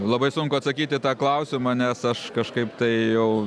labai sunku atsakyt į tą klausimą nes aš kažkaip tai jau